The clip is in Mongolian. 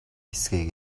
хэсгийг